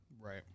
Right